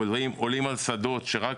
הם עולים על שדות זרועים.